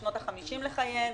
בשנות ה-50 לחייהן,